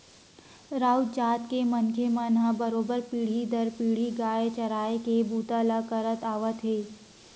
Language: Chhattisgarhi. राउत जात के मनखे मन ह बरोबर पीढ़ी दर पीढ़ी गाय चराए के बूता ल करत आवत हे